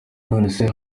nonese